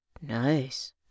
Nice